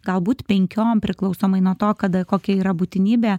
galbūt penkiom priklausomai nuo to kada kokia yra būtinybė